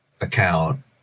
account